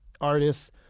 artists